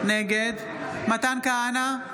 נגד מתן כהנא,